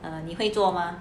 err 你会做吗